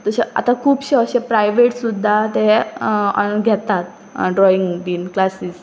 तशें आतां खुबशे अशे प्रायवेट सुद्दां ते घेतात ड्रॉइंग बीन क्लासीस